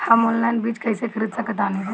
हम ऑनलाइन बीज कईसे खरीद सकतानी?